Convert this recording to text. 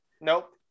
Nope